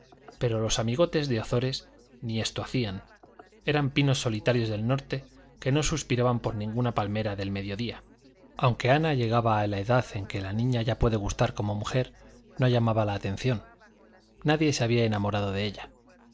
pero los amigotes de ozores ni esto hacían eran pinos solitarios del norte que no suspiraban por ninguna palmera del mediodía aunque ana llegaba a la edad en que la niña ya puede gustar como mujer no llamaba la atención nadie se había enamorado de ella